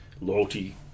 loyalty